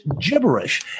gibberish